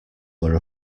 were